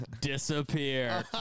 disappear